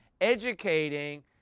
educating